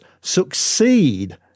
succeed